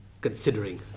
considering